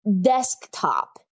desktop